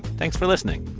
thanks for listening